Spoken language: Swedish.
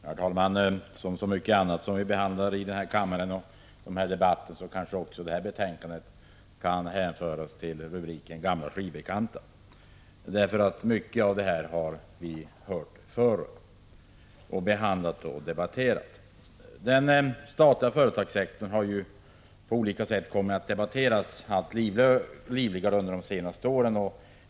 Herr talman! Som så mycket annat som vi behandlar i denna kammare kan kanske debatten om detta betänkande hänföras till rubriken Gamla skivbekanta. Mycket av detta har vi ju hört förr, behandlat och debatterat. Den statliga företagssektorn har på olika sätt kommit att debatteras allt livligare under de senaste åren.